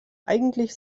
eigentlich